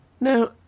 Now